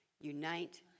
Unite